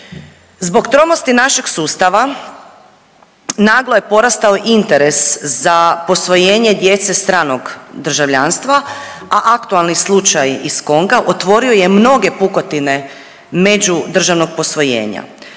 Zbog tromosti našeg sustava naglo je porastao interes za posvojenje djece stranog državljanstva, a aktualni slučaj iz Konga otvorio je mnoge pukotine međudržavnog posvojenja.